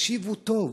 תקשיבו טוב,